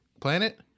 planet